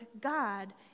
God